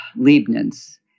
Leibniz